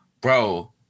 bro